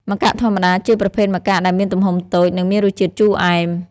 ម្កាក់ធម្មតា ជាប្រភេទម្កាក់ដែលមានទំហំតូច និងមានរសជាតិជូរអែម។